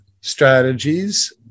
strategies